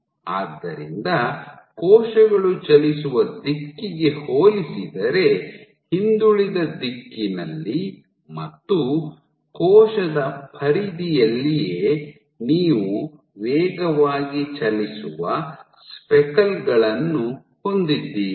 ಆದ್ದರಿಂದ ಕೋಶಗಳು ಚಲಿಸುವ ದಿಕ್ಕಿಗೆ ಹೋಲಿಸಿದರೆ ಹಿಂದುಳಿದ ದಿಕ್ಕಿನಲ್ಲಿ ಮತ್ತು ಕೋಶದ ಪರಿಧಿಯಲ್ಲಿಯೇ ನೀವು ವೇಗವಾಗಿ ಚಲಿಸುವ ಸ್ಪೆಕಲ್ ಗಳನ್ನು ಹೊಂದಿದ್ದೀರಿ